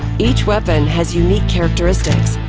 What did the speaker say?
each weapon has unique characteristics,